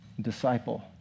disciple